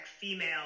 female